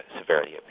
severity